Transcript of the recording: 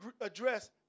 address